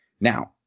Now